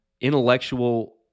intellectual